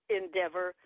endeavor